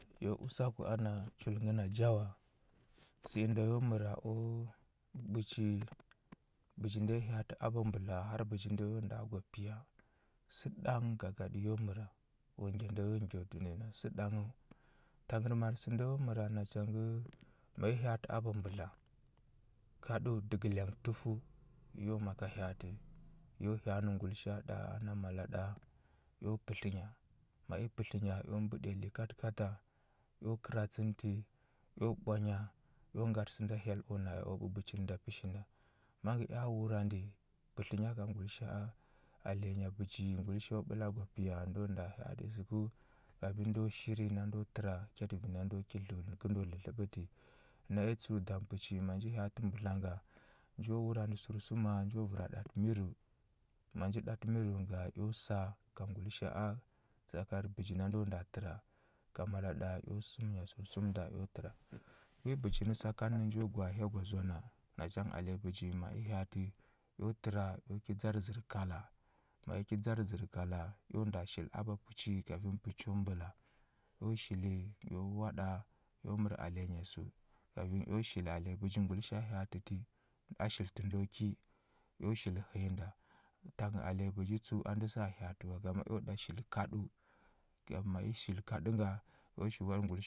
Yo usaku ana chul ngəna jawa, sə inda yu məra u ɓuɓuchi bəji nda hya atə a ba mbudla har bəji nda yo nda gwa piya, sə ɗang gagaɗə yo məra. O ngya nda yo ngyo dunəya a sə ɗanghəu. Tangərmar ənda yo məra naja ngə, ma yi hya atə a ba mbudla, kadəu dəgə lyang tufəu, yu maka hya atə yu hya anə ngulisha a ɗa ana mala ɗa, eo pətlənya, ma i pətlənya eo mbəɗiya likatəkata, eo kəratsətə eo ɓwanya, eo ngatə səna hyel o na u ɓuɓuchi nda pəshi nda. Ma ngə ea wurandə pətlənya ka ngulisha a, alenya pəchi ngulisha a u ɓəla gwa piya ndo nda hya aɗə səgəu. Kafin ndo shiri ndo təra kyaɗə vi na ndo ki dləu nəkəndo dlədləɓti. Naya tsəu dam pəchi ma nji hya atə mbudla nga, nju wuranə sərsuma nju vəra ɗa mirəu. Ma nji ɗatə mirəu nga, eo sa ka ngulisha a tsakar bəji na ndo nda təra, ka mala eo səmnya sərsum nda eo təra. Wi bəjin sakanə nju gwa a hya gwa zoa na, nacha gə alenya bəji ma i hya ati, eo təra eo ki dzar zər kala, ma i ki dzar zər kala, eo nda shili a ba puchi kafin pəcho mbəla. Eo shili eo waɗa, eo mər alenya səu, kafin eo shili alenyi pəchi ngulisha a hya atə ti, a shiltə ndo ki, eo shili həya nda. tang alenyi pəchi tsəu a ndə taa hya atə wa ngama eo ɗa shili kaɗəu. Ngam ma i shili kaɗə nga, eo shi